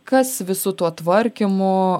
kas visu tuo tvarkymu